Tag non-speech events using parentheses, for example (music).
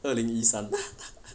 二零一三 (laughs)